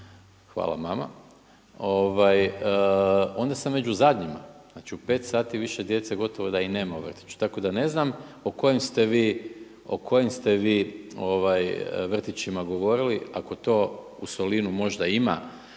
hvala mama, ovaj onda sam među zadnjima, znači u pet sati više djece gotovo da i nema u vrtiću, tako da ne znam o kojem ste vi vrtićima govorili. Ako to možda u